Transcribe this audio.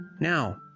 Now